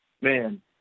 man